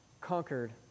conquered